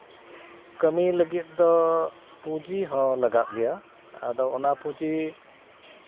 ᱠᱟᱹᱢᱤ ᱞᱟᱹᱜᱤᱫ ᱫᱚ ᱯᱩᱸᱡᱤ ᱦᱚᱸ ᱞᱟᱜᱟᱜ ᱜᱮᱭᱟ ᱟᱫᱚ ᱚᱱᱟ ᱯᱩᱸᱡᱤ